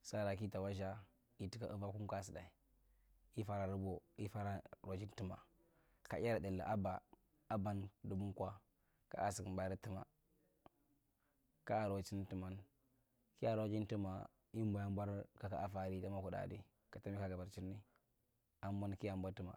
sara kita watzaa ituka iva kumkaa’tsudae ti fara rabo ti fara rochin tumma ka iyada dulli aba ka aban dumkwa kaa ra sukumbaale tuma kaaronchin tuman kiya rochin tuma ku bwa bor kaka a fati tuma kudaadi ka tambi ka gabirchinni abon kiambova tuma.